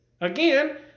again